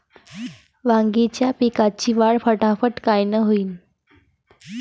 वांगी पिकाची वाढ फटाफट कायनं होईल?